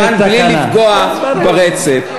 המוכן, בלי לפגוע ברצף.